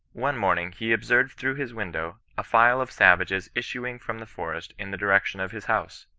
one morning, he observed, through his window, a file of savages issuing from the forest in. the direction of his house.